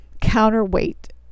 counterweight